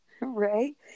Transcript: right